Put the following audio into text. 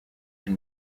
est